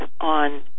on